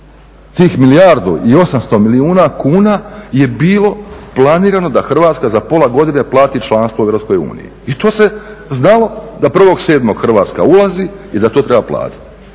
tih milijardu i 800 milijuna kuna je bilo planirano da Hrvatska za pola godine plati članstvo u Europskoj uniji. I to se znalo da 1.7. Hrvatska ulazi i da to treba platiti.